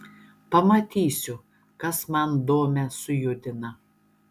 pamatysiu kas man domę sujudina